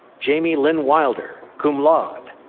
jamie lynn wilder, cum laude.